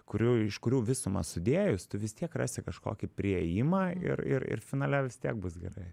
kurių iš kurių visumą sudėjus tu vis tiek rasi kažkokį priėjimą ir ir ir finale vis tiek bus gerai